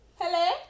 Hello